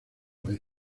vez